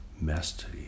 Mastery